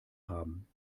haben